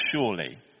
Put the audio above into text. surely